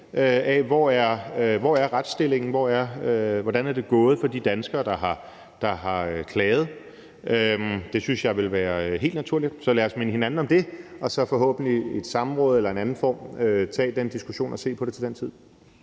af, hvordan retsstillingen er, og hvordan det er gået for de danskere, der har klaget. Det synes jeg vil være helt naturligt. Så lad os minde hinanden om det og så forhåbentlig i et samråd eller i en anden form tage den diskussion og se på det til den tid.